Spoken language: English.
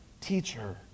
Teacher